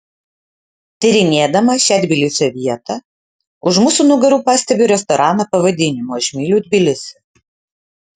tyrinėdama šią tbilisio vietą už mūsų nugarų pastebiu restoraną pavadinimu aš myliu tbilisį